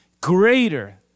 Greater